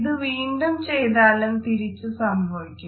ഇത് വീണ്ടും ചെയ്താലും തിരിച്ച് സംഭവിക്കും